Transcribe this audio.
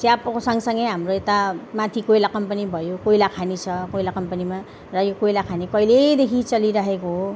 चियाको सँगसँगै हाम्रो यता माथि कोइला कम्पनी भयो कोइलाखानी छ कोइला कम्पनीमा र यो कोइलाखानी कहिलेदेखि चलिरहेको हो